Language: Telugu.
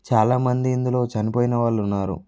చాలామంది ఇందులో చనిపోయిన వాళ్ళు ఉన్నారు